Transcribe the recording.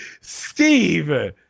Steve